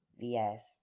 VS